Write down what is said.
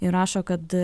ir rašo kad